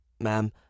Ma'am